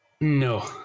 No